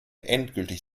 endgültig